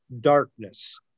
darkness